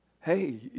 Hey